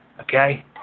Okay